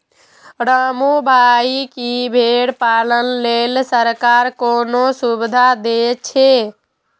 रामू भाइ, की भेड़ पालन लेल सरकार कोनो सुविधा दै छै?